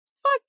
Fuck